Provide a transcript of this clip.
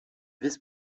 vice